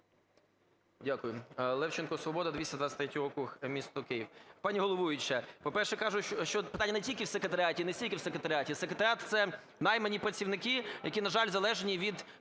Дякую. Левченко, "Свобода", 223 округ, місто Київ.